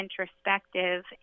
introspective